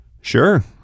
sure